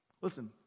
Listen